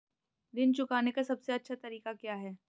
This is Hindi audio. ऋण चुकाने का सबसे अच्छा तरीका क्या है?